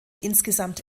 insgesamt